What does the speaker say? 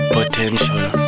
Potential